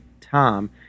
Tom